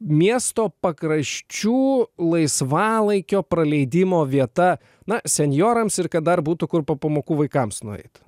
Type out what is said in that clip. miesto pakraščių laisvalaikio praleidimo vieta na senjorams ir kad dar būtų kur po pamokų vaikams nueit